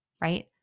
right